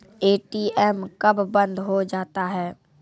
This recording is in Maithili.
ए.टी.एम कब बंद हो जाता हैं?